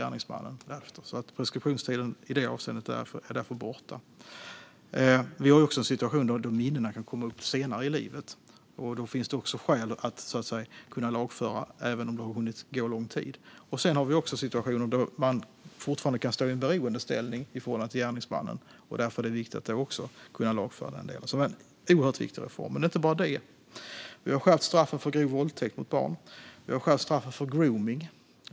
Minnena kan också komma upp senare i livet, och då måste man kunna lagföra även om det har gått lång tid. Man kan också fortfarande stå i beroendeställning till gärningsmannen, och därför är det viktigt att kunna lagföra senare. Vi har också skärpt straffen för grov våldtäkt mot barn och straffen för gromning.